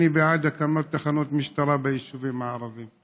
אני בעד הקמת תחנות משטרה ביישובים הערביים,